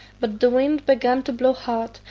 but the wind began to blow hard,